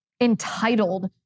entitled